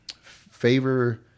favor